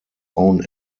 own